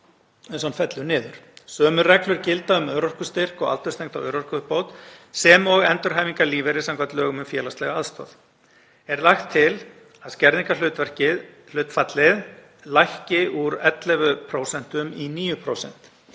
Sömu reglur gilda um örorkustyrk og aldurstengda örorkuuppbót sem og endurhæfingarlífeyri samkvæmt lögum um félagslega aðstoð. Er lagt til að skerðingarhlutfallið lækki úr 11% í 9%.